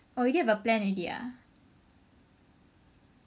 oh you got a plan already ah